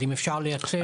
אז אם אפשר לייצר.